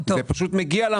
זה פשוט מגיע לה.